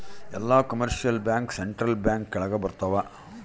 ಎಲ್ಲ commercial bank central bank ಕೆಳಗ ಬರತಾವ